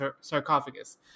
sarcophagus